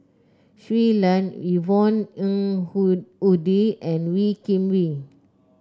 Shui Lan Yvonne Ng Uhde and Wee Kim Wee